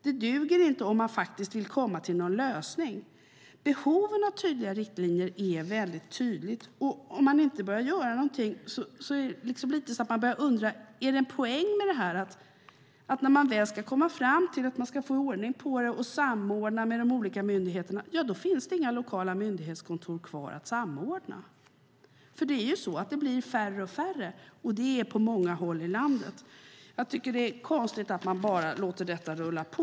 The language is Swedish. Det duger inte om man vill komma fram till en lösning. Behovet av tydliga riktlinjer är påtagligt. När det inte görs någonting börjar man undra om det är en poäng med detta, att när man väl kommit fram till hur de olika myndigheterna ska samordnas, ja, då finns det inga lokala myndighetskontor kvar att samordna. De blir färre och färre, och det på många håll i landet. Det är konstigt att man bara låter det rulla på.